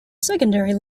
secondary